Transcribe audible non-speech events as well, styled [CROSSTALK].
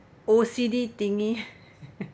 O_C_D thingy [LAUGHS]